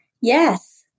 Yes